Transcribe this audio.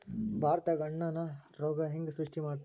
ಭಾರತದಾಗ ಹಣನ ಹೆಂಗ ಸೃಷ್ಟಿ ಮಾಡ್ತಾರಾ